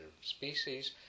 species